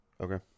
Okay